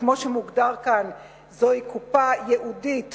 וכמו שמוגדר כאן זוהי קופה ייעודית